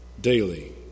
daily